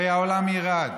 הרי העולם ירעד.